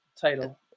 title